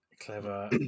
Clever